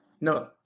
no